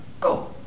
go